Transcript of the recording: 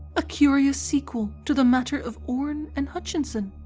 a curious sequel to the matter of orne and hutchinson,